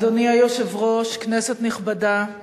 אדוני היושב-ראש, כנסת נכבדה,